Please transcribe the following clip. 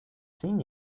seen